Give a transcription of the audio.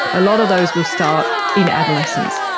a lot of those will start in adolescence.